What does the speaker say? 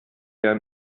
der